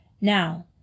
Now